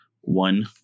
one